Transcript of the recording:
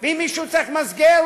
ואם מישהו צריך מסגר,